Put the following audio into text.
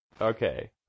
Okay